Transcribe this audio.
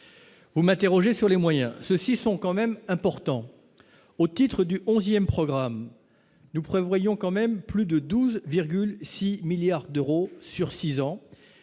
vous m'interrogez sur les moyens, ceux-ci sont quand même importants au titre du 11ème programme nous prévoyons quand même plus de 12,6 milliards d'euros sur 6 ans